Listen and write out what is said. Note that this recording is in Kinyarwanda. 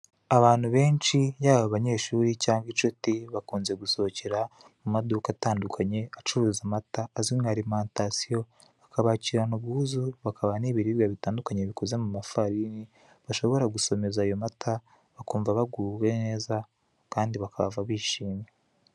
Abantu benshi yaba abanyeshuru cyangwa inshuti, bakunze gusohokera mu maduka atandukanye acuruza amata, azwi nka arimantasiyo, bakabakirana ubwuzu, bakabaha n'ibiribwa bitandukanye bikozwe mu mafarini bashobora gusomeza ayo mata, bakumva baguwe neza kandi bakahava bishimye.